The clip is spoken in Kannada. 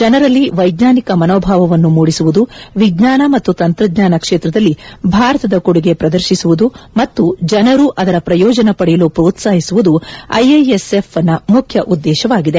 ಜನರಲ್ಲಿ ವೈಜ್ಞಾನಿಕ ಮನೋಭಾವವನ್ನು ಮೂಡಿಸುವುದು ವಿಜ್ಞಾನ ಮತ್ತು ತಂತ್ರಜ್ಞಾನ ಕ್ಷೇತ್ರದಲ್ಲಿ ಭಾರತದ ಕೊಡುಗೆ ಪ್ರದರ್ಶಿಸುವುದು ಮತ್ತು ಜನರು ಅದರ ಪ್ರಯೋಜನ ಪಡೆಯಲು ಪ್ರೋತ್ಸಾಹಿಸುವುದು ಐಐಎಸ್ಎಫ್ನ ಮುಖ್ಯ ಉದ್ಗೇಶವಾಗಿದೆ